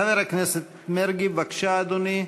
חבר הכנסת מרגי, בבקשה, אדוני.